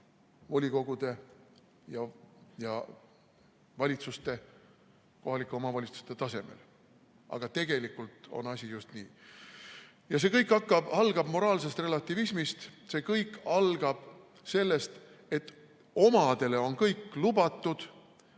volikogude ja kohalike omavalitsuste tasemel. Aga tegelikult on asi just nii. See kõik algab moraalsest relativismist, see kõik algab sellest, et omadele on kõik lubatud,